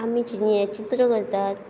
आमी चित्र करतात